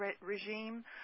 regime